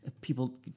people